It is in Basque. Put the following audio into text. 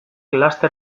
laster